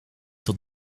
tot